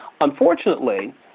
Unfortunately